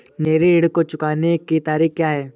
मेरे ऋण को चुकाने की तारीख़ क्या है?